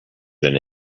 than